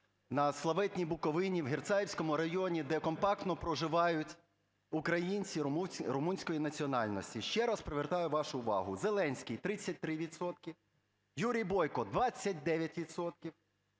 на славетній Буковині, в Герцаївському районі, де компактно проживають українці румунської національності. Ще раз привертаю вашу увагу: Зеленський – 33 відсотки, Юрій Бойко – 29